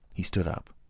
he stood up.